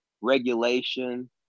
regulation